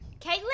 caitlin